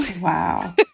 Wow